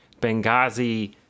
Benghazi